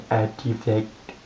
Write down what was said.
artifact